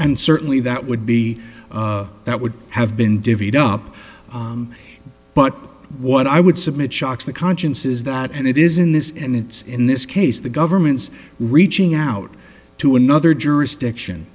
and certainly that would be that would have been divvied up but what i would submit shocks the conscience is that and it is in this and it's in this case the government's reaching out to another jurisdiction